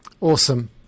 Awesome